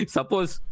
Suppose